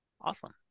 Awesome